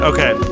Okay